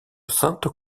sainte